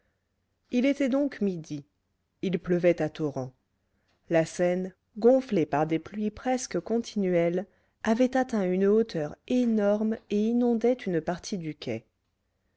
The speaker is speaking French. il était donc midi il pleuvait à torrents la seine gonflée par des pluies presque continuelles avait atteint une hauteur énorme et inondait une partie du quai